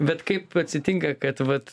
bet kaip atsitinka kad vat